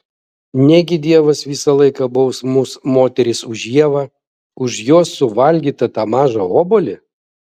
negi dievas visą laiką baus mus moteris už ievą už jos suvalgytą tą mažą obuolį